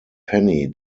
penny